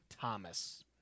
Thomas